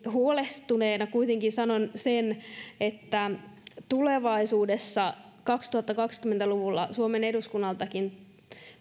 huolestuneena kuitenkin sanon sen että tulevaisuudessa kaksituhattakaksikymmentä luvulla suomen eduskunnaltakin